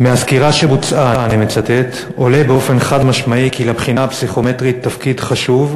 "מהסקירה שבוצעה עולה באופן חד-משמעי כי לבחינה הפסיכומטרית תפקיד חשוב,